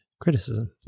criticism